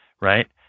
right